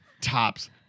Tops